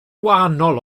wahanol